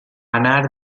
anar